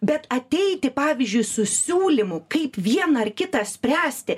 bet ateiti pavyzdžiui su siūlymu kaip vieną ar kitą spręsti